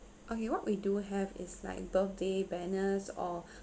okay what we do have is like birthday banners or